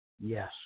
Yes